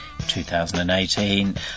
2018